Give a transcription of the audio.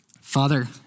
Father